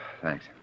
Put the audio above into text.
Thanks